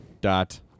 dot